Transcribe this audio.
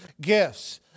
gifts